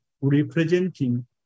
representing